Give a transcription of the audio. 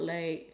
ya